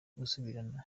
gusubirana